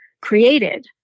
created